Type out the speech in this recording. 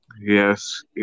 Yes